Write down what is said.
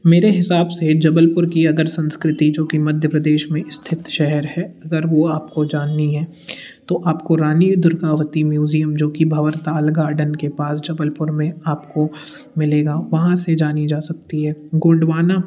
मेरे हिसाब से जबलपुर की अगर संस्कृति जो कि मध्य प्रदेश में स्थित शहर है अगर वो आपको जाननी है तो आपको रानी दुर्गावती म्यूज़ियम जो कि भंवरताल गार्डन के पास जबलपुर में आपको मिलेगा वहाँ से जानी जा सकती है गोंडवाना